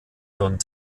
und